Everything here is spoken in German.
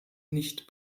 nicht